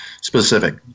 specific